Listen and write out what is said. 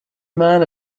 man